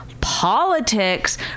politics